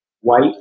white